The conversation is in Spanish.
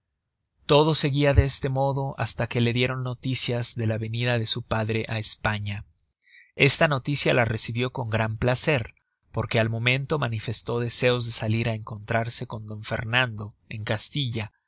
todo seguia de este modo hasta que la dieron noticias de la venida de su padre á españa esta noticia la recibió con gran placer porque al momento manifestó deseos de salir á encontrarse con d fernando en castilla